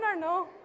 No